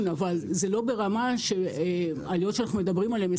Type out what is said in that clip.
אבל זה לא ברמה של העליות שאנחנו מדברים עליהן,